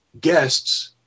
guests